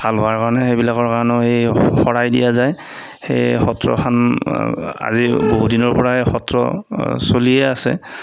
ভাল হোৱাৰ কাৰণে সেইবিলাকৰ কাৰণেও এই শৰাই দিয়া যায় সেয়ে সত্ৰখন আজি বহু দিনৰ পৰাই সত্ৰ চলিয়ে আছে